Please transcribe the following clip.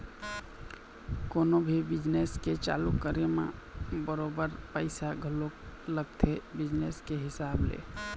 कोनो भी बिजनेस के चालू करे म बरोबर पइसा घलोक लगथे बिजनेस के हिसाब ले